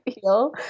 feel